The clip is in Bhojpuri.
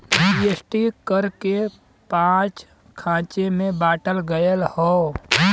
जी.एस.टी कर के पाँच खाँचे मे बाँटल गएल हौ